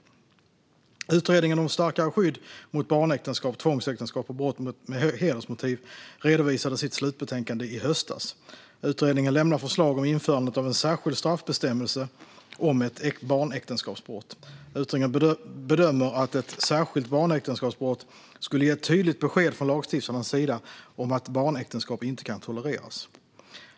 Utredningen om starkare skydd mot barnäktenskap, tvångsäktenskap och brott med hedersmotiv redovisade sitt slutbetänkande i höstas. Utredningen lämnar förslag om införande av en särskild straffbestämmelse om ett barnäktenskapsbrott. Utredningen bedömer att ett särskilt barnäktenskapsbrott skulle ge ett tydligt besked från lagstiftarens sida om att barnäktenskap inte kan tolereras.